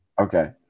Okay